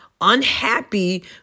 unhappy